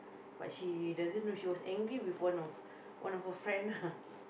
but she doesn't know she was angry with one of one of her friend ah